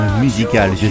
musical